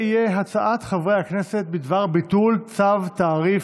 הנושא יהיה הצעת חברי הכנסת בדבר ביטול צו תעריף